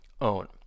own